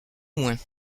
moins